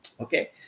Okay